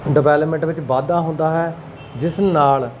development ਵਿੱਚ ਵਾਧਾ ਹੁੰਦਾ ਹੈ ਜਿਸ ਨਾਲ